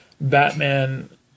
Batman